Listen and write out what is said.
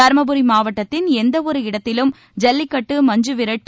தர்மபுரி மாவட்டத்தின் எந்த ஒரு இடத்திலும் ஜல்லிக்கட்டு மஞ்சுவிரட்டு